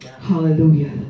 Hallelujah